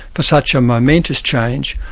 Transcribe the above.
for such a momentous change,